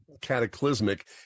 cataclysmic